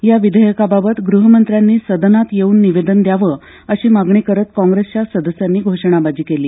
या विधेयकाबाबत गृहमंत्र्यांनी सदनात येऊन निवेदन द्यावं अशी मागणी करत काँग्रेसच्या सदस्यांनी घोषणाबाजी केली